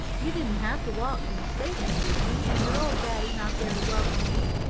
you didn't have to walk from the station, did you? and your old daddy not there to welcome you!